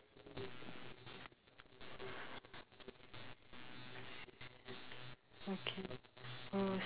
okay oh